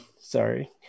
Sorry